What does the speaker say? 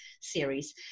series